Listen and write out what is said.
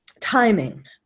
timing